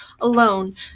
alone